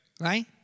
right